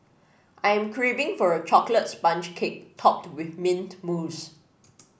I am craving for a chocolate sponge cake topped with mint mousse